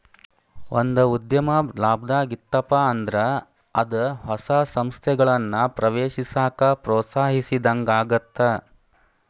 ಒಂದ ಉದ್ಯಮ ಲಾಭದಾಗ್ ಇತ್ತಪ ಅಂದ್ರ ಅದ ಹೊಸ ಸಂಸ್ಥೆಗಳನ್ನ ಪ್ರವೇಶಿಸಾಕ ಪ್ರೋತ್ಸಾಹಿಸಿದಂಗಾಗತ್ತ